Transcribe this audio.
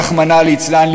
רחמנא ליצלן,